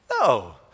No